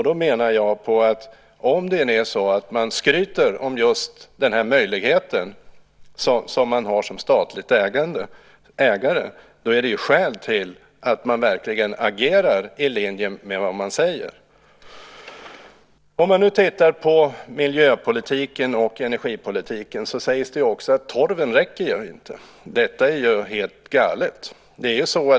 Då menar jag att om man skryter om just den möjlighet man har som statlig ägare, är det ett skäl att verkligen agera i linje med vad man säger. I miljöpolitiken och energipolitiken sägs det att torven inte räcker. Detta är ju helt galet.